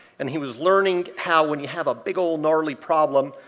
and he was learning how, when you have a big old gnarly problem,